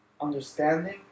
understanding